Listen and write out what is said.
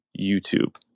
youtube